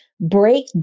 break